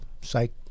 Psych